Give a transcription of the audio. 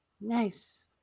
Nice